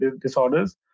disorders